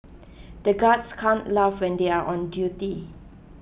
the guards can't laugh when they are on duty